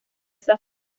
esa